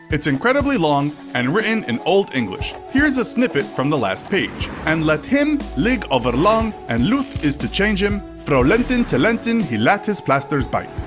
it's incredibly long and written in old english. here's a snippet from the last page and lat hem ligge overlonge and looth is to chaunge hem fro lenten to lenten he lat his plastres bite.